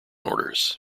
orders